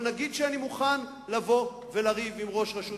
אבל נגיד שאני מוכן לריב עם ראש רשות